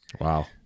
wow